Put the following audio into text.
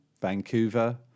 Vancouver